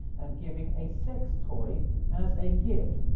and giving a sex toy as a gift.